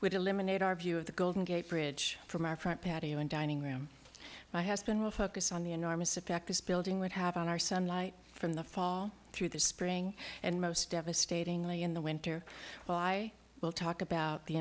would eliminate our view of the golden gate bridge from our front patio and dining room my husband will focus on the enormous effect this building would have on our sunlight from the fall through the spring and most devastatingly in the winter well i will talk about the